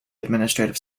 administrative